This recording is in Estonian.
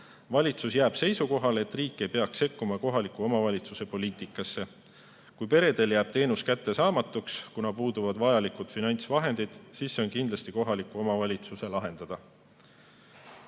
Valitsus jääb seisukohale, et riik ei peaks sekkuma kohaliku omavalitsuse poliitikasse. Kui perele jääb teenus kättesaamatuks, kuna puuduvad vajalikud finantsvahendid, siis see on kindlasti kohaliku omavalitsuse lahendada.